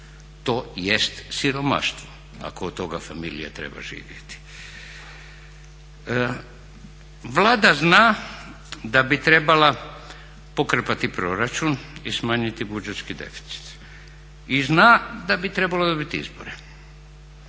To jest siromaštvo ako od toga familija treba živjeti. Vlada zna da bi trebala pokrpati proračun i smanjiti budžetski deficit i zna da bi trebala dobiti izbore.